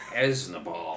Esnabal